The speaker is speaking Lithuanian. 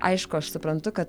aišku aš suprantu kad